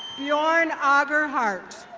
bjorn auger heart.